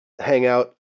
hangout